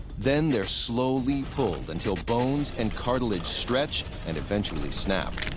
then they're slowly pulled until bones and cartilage stretch and eventually snap.